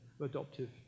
adoptive